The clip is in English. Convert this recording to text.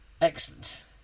excellent